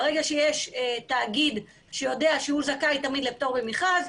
ברגע שיש תאגיד שיודע שהוא זכאי תמיד לפטור של מכרז,